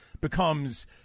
becomes